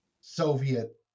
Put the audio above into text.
Soviet